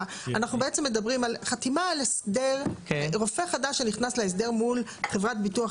אנחנו בעצם מדברים על רופא חדש שנכנס להסדר מול חברת ביטוח